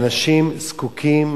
אנשים זקוקים